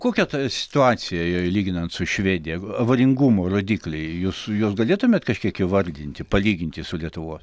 kokia ta situacija lyginant su švedija avaringumo rodikliai jūs juos galėtumėt kažkiek įvardinti palyginti su lietuvos